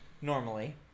normally